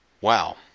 Wow